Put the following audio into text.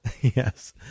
yes